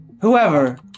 Whoever